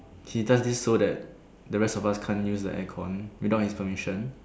he does this so that the rest of us can't use the air con without his permission